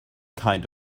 kind